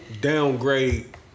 downgrade